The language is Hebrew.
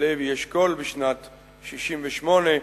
לוי אשכול בשנת 1968,